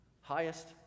highest